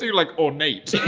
like, ornate.